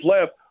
left